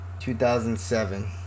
2007